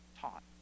taught